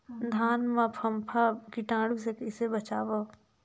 धान मां फम्फा कीटाणु ले कइसे बचाबो?